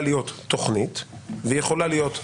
להיות תוכנית והיא יכולה להיות צורנית,